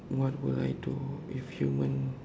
what would I do if human